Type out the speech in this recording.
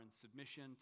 submission